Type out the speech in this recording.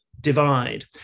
divide